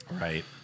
Right